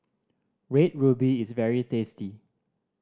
Red Ruby is very tasty